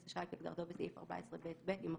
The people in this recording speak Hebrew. אשראי כהגדרתו בסעיף 14ב(ב)" יימחקו,